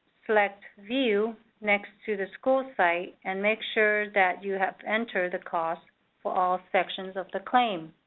select view next to the school site and make sure that you have entered the costs for all sections of the claim.